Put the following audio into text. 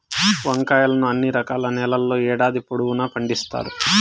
వంకాయలను అన్ని రకాల నేలల్లో ఏడాది పొడవునా పండిత్తారు